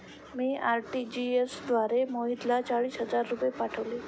मी RTGS द्वारे मोहितला चाळीस हजार रुपये पाठवले